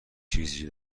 چیزی